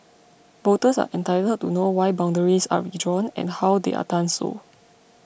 voters are entitled to know why boundaries are redrawn and how they are done so